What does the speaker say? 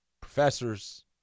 professors